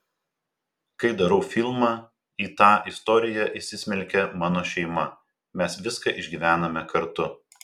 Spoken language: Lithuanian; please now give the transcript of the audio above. kai darau filmą į tą istoriją įsismelkia mano šeima mes viską išgyvename kartu